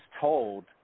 told